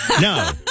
No